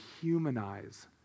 humanize